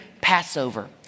Passover